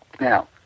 Now